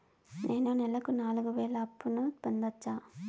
నేను నెలకు నాలుగు వేలు అప్పును పొందొచ్చా?